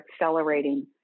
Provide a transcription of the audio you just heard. accelerating